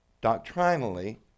doctrinally